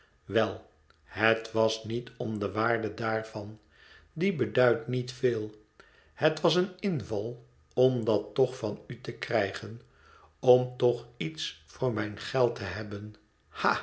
wel het was niet om de waarde daarvan die beduidt niet veel het was een inval om dat toch van u te krijgen om toch iets voor mijn geld te hebben